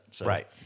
Right